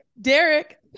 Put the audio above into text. Derek